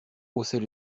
haussait